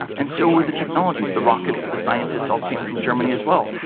and so were the technologies the rockets, the scientists all came from germany as well.